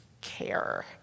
care